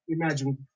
imagine